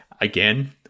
again